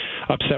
upset